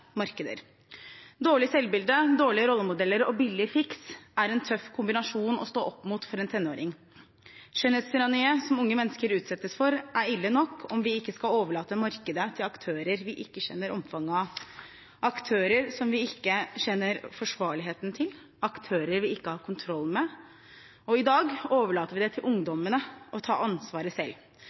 markeder. Dårlig selvbilde, dårlige rollemodeller og billig fiks er en tøff kombinasjon å stå opp mot for en tenåring. Skjønnhetstyranniet som unge mennesker utsettes for, er ille nok om vi ikke skal overlate markedet til aktører vi ikke kjenner omfanget av, aktører som vi ikke kjenner forsvarligheten til, aktører vi ikke har kontroll med. I dag overlater vi til ungdommene å ta ansvaret selv.